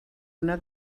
una